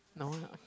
no not okay